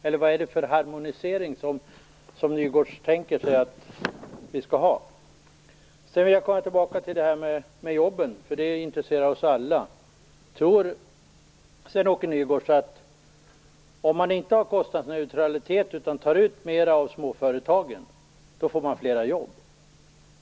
Eller vad är det för harmonisering som Sven-Åke Nygårds tänker sig att vi skall ha? Jag återkommer till frågan om jobben, som intresserar oss alla. Tror Sven-Åke Nygårds att det, om man inte har kostnadsneutralitet utan tar ut mera av småföretagen, blir fler jobb?